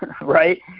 right